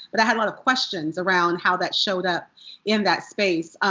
but i had a lot of questions around how that showed up in that space.